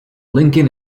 lincoln